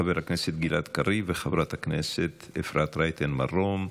חבר הכנסת גלעד קריב וחברת הכנסת אפרת רייטן מרום.